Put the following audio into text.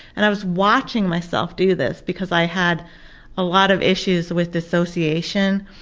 and i was watching myself do this because i had a lot of issues with dissociation,